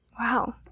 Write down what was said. Wow